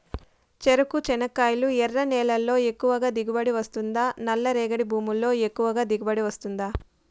చెరకు, చెనక్కాయలు ఎర్ర నేలల్లో ఎక్కువగా దిగుబడి వస్తుందా నల్ల రేగడి భూముల్లో ఎక్కువగా దిగుబడి వస్తుందా